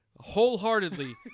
wholeheartedly